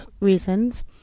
reasons